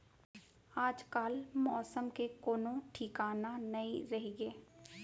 आजकाल मौसम के कोनों ठिकाना नइ रइगे